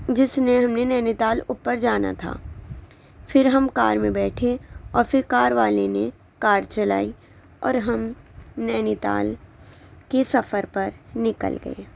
جس نے ہمیں نینی تال اوپر جانا تھا پھر ہم کار میں بیٹھے اور پھر کار والے نے کار چلائی اور ہم نینی تال کے سفر پر نکل گئے